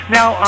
Now